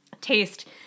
taste